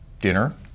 dinner